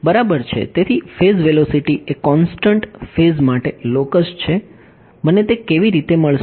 બરાબર છે તેથી ફેઝ વેલોસિટી એ કોંસ્ટંટ ફેઝ માટે લોકસ છે મને તે કેવી રીતે મળશે